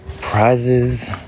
prizes